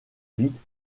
vite